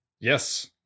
Yes